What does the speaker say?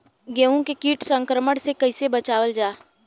गेहूँ के कीट संक्रमण से कइसे बचावल जा?